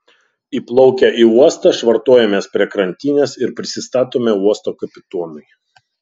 įplaukę į uostą švartuojamės prie krantinės ir prisistatome uosto kapitonui